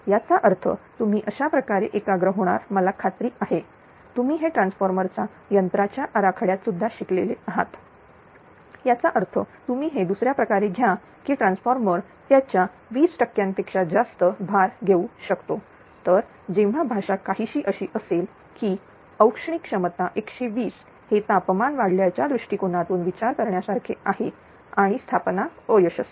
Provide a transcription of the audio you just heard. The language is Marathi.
याचा अर्थ तुम्ही अशा प्रकारे एकाग्र होणार मला खात्री आहे तुम्ही हे ट्रांसफार्मर चा यंत्राच्या आराखड्यात सुद्धा शिकलेले आहात याचा अर्थ तुम्ही हे दुसर्या प्रकारे घ्या की ट्रान्सफॉर्मर त्याच्या 20 टक्क्यांपेक्षा जास्त भार घेऊ शकतो तर जेव्हा भाषा काहीशी अशी असेल की औष्णिक क्षमता 120 हे तापमान वाढल्याच्या दृष्टिकोनातून विचार करण्यासारखे आहे आणि स्थापना अयशस्वी